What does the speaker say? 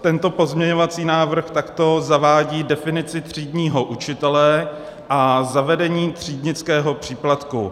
Tento pozměňovací návrh takto zavádí definici třídního učitele a zavedení třídnického příplatku.